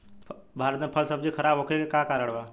भारत में फल सब्जी खराब होखे के का कारण बा?